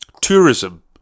Tourism